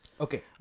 Okay